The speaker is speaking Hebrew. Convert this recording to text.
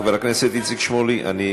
חבר הכנסת איציק שמולי, מוותר,